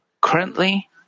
currently